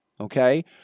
Okay